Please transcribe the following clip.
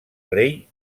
rei